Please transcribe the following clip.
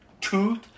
tooth